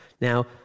Now